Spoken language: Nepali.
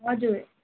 हजुर